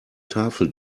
tafel